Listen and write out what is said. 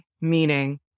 meaning